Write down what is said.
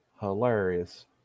Hilarious